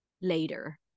later